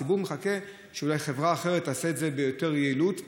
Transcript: הציבור מחכה שאולי חברה אחרת תעשה את זה יותר ביעילות.